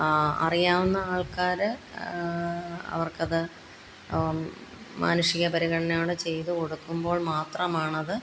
അറിയാവുന്ന ആൾക്കാര് അവർക്കത് മാനുഷിക പരിഗണനയോടെ ചെയ്തുകൊടുക്കുമ്പോൾ മാത്രമാണത്